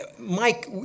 Mike